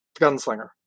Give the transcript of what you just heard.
Gunslinger